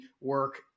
work